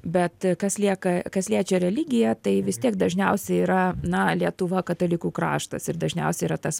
bet kas lieka kas liečia religiją tai vis tiek dažniausiai yra na lietuva katalikų kraštas ir dažniausiai yra tas